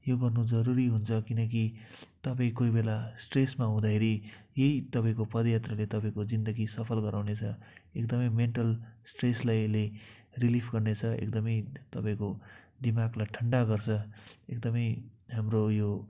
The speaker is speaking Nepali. यो गर्नु जरुरी हुन्छ किनकि तपाईँ कोइ बेला स्ट्रेसमा हुँदाखेरि तपाईँको पदयात्राले तपाईँको जिन्दगी सफल गराउनेछ एकदमै मेन्टल स्ट्रेस लाई अहिले रिलिफ गर्ने छ एकदमै तपाईँको दिमागलाई ठण्डा गर्छ एकदमै हाम्रो यो